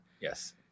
yes